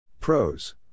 Pros